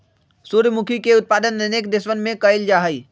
सूर्यमुखी के उत्पादन अनेक देशवन में कइल जाहई